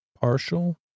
partial